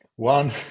One